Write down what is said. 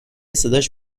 صداش